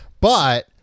But-